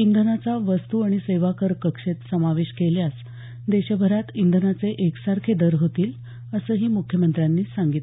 इंधनाचा वस्तू आणि सेवा कर कक्षेत समावेश केल्यास देशभरात इंधनाचे एक सारखे दर होतील असंही मुख्यमंत्र्यांनी सांगितलं